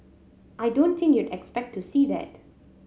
I don't think you expect to see that